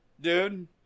dude